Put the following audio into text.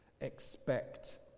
expect